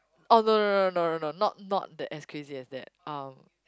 oh no no no no no no not not as crazy as that um